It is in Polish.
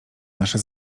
nasze